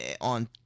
on